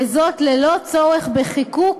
וזאת ללא צורך בחיקוק